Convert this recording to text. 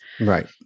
Right